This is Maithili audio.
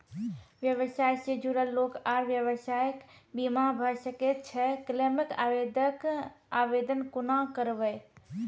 व्यवसाय सॅ जुड़ल लोक आर व्यवसायक बीमा भऽ सकैत छै? क्लेमक आवेदन कुना करवै?